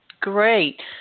Great